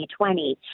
2020